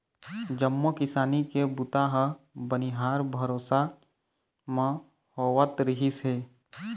जम्मो किसानी के बूता ह बनिहार भरोसा म होवत रिहिस हे